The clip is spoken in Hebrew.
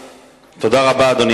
תודה רבה, אדוני